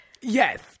Yes